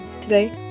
Today